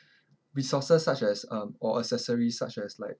resources such as um or accessories such as like